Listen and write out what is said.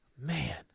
man